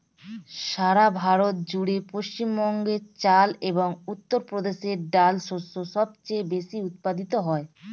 সারা ভারত জুড়ে পশ্চিমবঙ্গে চাল এবং উত্তরপ্রদেশে ডাল শস্য সবচেয়ে বেশী উৎপাদিত হয়